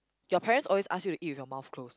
your parents always ask you to eat with your mouth close